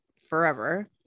forever